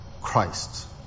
Christ